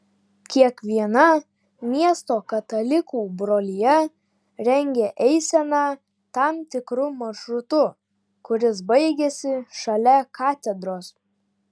kiekviena miesto katalikų brolija rengia eiseną tam tikru maršrutu kuris baigiasi šalia katedros